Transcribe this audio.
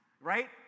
right